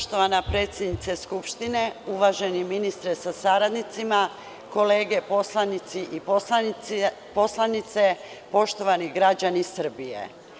Poštovana predsednice Skupštine, uvaženi ministre, sa saradnicima, kolege poslanici i poslanice, poštovani građani Srbije.